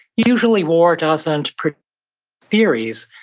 usually war doesn't bring theories,